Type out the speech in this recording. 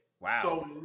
Wow